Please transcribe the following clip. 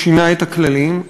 ששינה את הכללים,